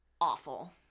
Awful